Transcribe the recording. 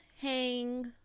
hang